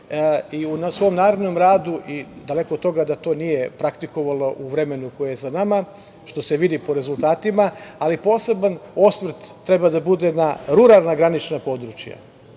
u svom narednom radu, daleko od toga da to nije praktikovalo u vremenu koje je za nama, što se vidi po rezultatima, ali poseban osvrt treba da bude na ruralna granična područja.